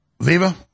Viva